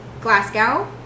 Glasgow